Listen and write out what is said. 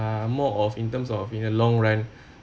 more of in terms of in the long run